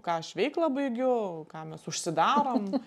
ką aš veiklą baigiu ką mes užsidarom